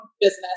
business